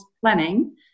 planning